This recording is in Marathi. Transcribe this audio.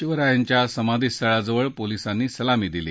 शिवरायांच्या समाधीस्थळाजवळ पोलिसांनी सलामी दिली